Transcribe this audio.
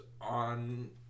on